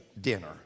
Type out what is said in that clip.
dinner